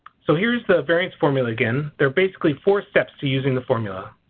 so here's the variance formula again. there are basically four steps to using the formula.